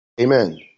Amen